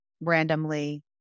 randomly